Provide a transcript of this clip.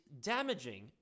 damaging